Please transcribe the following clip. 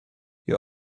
you